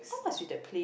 how much is that play